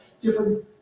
different